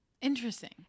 Interesting